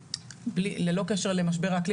ללא קשר למזג האויר,